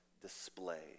display